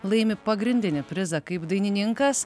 laimi pagrindinį prizą kaip dainininkas